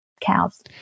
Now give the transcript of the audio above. cows